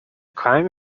crime